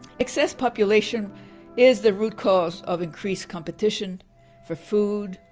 excess population is the root cause of increased competition for food,